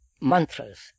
mantras